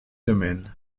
domaines